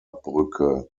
brücke